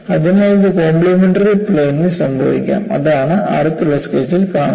അതിനാൽ ഇത് കോപ്ലിമെൻററി പ്ലെയിനിൽ സംഭവിക്കാം അതാണ് അടുത്ത സ്കെച്ചിൽ കാണിക്കുന്നത്